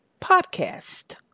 podcast